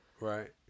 Right